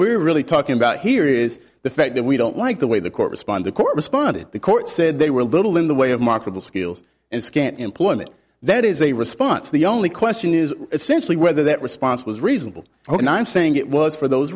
we're really talking about here is the fact that we don't like the way the court respond the court responded the court said they were little in the way of marketable skills and scant employment that is a response the only question is essentially whether that response was reasonable oh no i'm saying it was for those